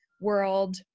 world